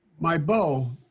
my bo,